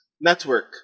network